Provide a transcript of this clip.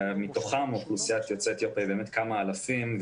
ומתוכם אוכלוסיית יוצאי אתיופיה הם כמה אלפים.